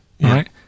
right